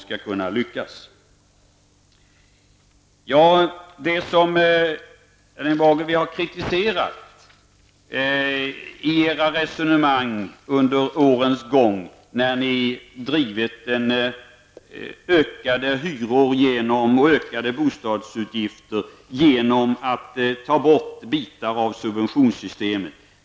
Erling Bager, det som vi har kritiserat i era resonemang under årens lopp är att ni har verkat för ökade hyror och ökade bostadsutgifter, eftersom ni har velat ta bort bitar av subventionssystemet.